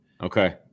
Okay